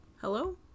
hello